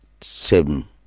seven